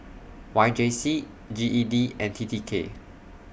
Y J C G E D and T T K